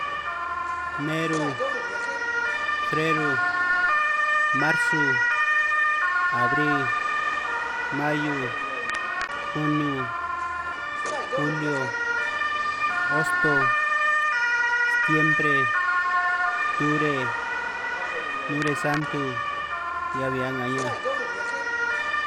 Neru, freru, marsu, abri, mahiu, juniu, julio, hosto, stiembre, tubre, nuresantu, hiabi a'nga ña'anj.